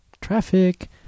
traffic